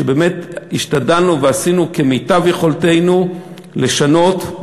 שבאמת השתדלנו ועשינו כמיטב יכולתנו לשנות,